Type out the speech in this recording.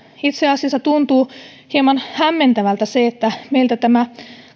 itse asiassa tuntuu hieman hämmentävältä se että meiltä tämä